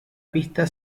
pista